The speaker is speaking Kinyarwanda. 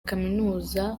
kaminuza